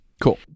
Cool